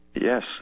Yes